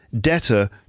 debtor